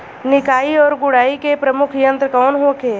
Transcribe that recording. निकाई और गुड़ाई के प्रमुख यंत्र कौन होखे?